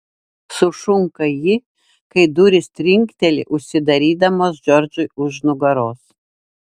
sušunka ji kai durys trinkteli užsidarydamos džordžui už nugaros